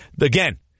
Again